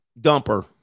dumper